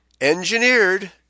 engineered